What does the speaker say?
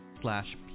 slash